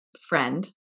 friend